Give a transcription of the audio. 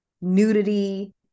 nudity